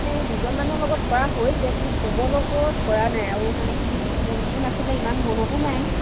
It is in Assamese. মানে দুজনমানৰ লগত কৰা হৈছে কিন্তু চবৰ লগত কৰা নাই আৰু মানে কি কোন কোন আছিলে ইমান মনতো নাই